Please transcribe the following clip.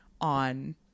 on